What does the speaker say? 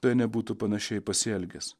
tai nebūtų panašiai pasielgęs